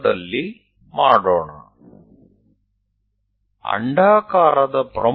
તો ચાલો આપણે આ કાગળ પર કરીએ